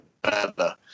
better